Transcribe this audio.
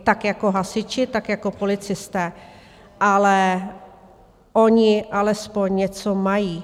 Tak jako hasiči, tak jako policisté, ale oni alespoň něco mají.